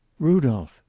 rudolph!